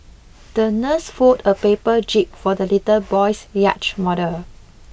the nurse folded a paper jib for the little boy's yacht model